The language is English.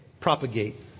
Propagate